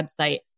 website